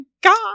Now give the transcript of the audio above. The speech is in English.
god